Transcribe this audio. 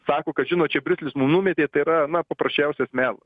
sako kad žinot čia briuselis mum numetė tai yra nuo paprasčiausias melas